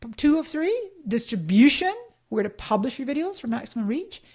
but two of three, distribution, where to publish your videos for maximum reach.